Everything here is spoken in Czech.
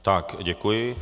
Tak děkuji.